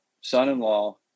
son-in-law